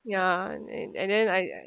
ya and and and and then I I